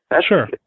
sure